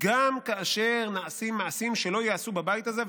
גם כאשר נעשים מעשים שלא ייעשו בבית הזה.